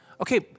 Okay